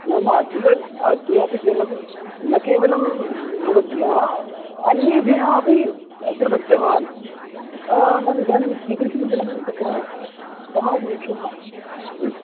नाम अद्य अद्यापि जलं न केवलं भवद्भ्यः अन्येभ्यः अपि प्रदत्तवान् नाम इदानीं कीदृशं जलं तत्र कः दोषः